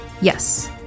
Yes